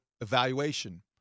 evaluation